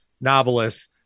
novelists